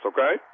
Okay